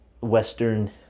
Western